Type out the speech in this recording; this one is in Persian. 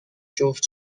جفت